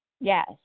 Yes